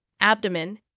abdomen